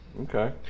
Okay